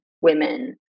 women